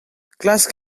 klask